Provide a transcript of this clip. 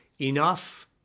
enough